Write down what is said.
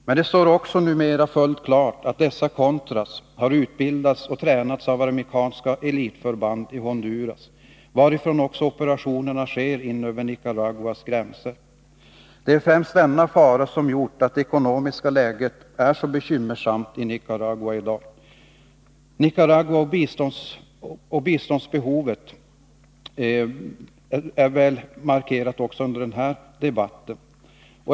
Men det står också numera fullt klart att dessa s.k. contras har utbildats och tränats av amerikanska elitförband i Honduras, varifrån också operationerna sker in över Nicaraguas gränser. Det är främst denna fara som gjort att det ekonomiska läget är så bekymmersamt i Nicaragua i dag. Biståndsbehovet i Nicaragua är väl markerat också under den här debatten.